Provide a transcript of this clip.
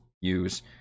use